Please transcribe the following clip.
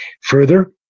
Further